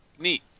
Neat